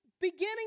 beginning